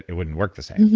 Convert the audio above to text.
it wouldn't work the same.